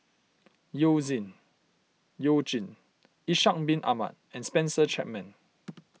You Zin You Jin Ishak Bin Ahmad and Spencer Chapman